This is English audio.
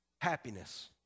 happiness